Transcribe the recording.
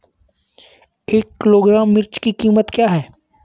एक किलोग्राम मिर्च की कीमत क्या है?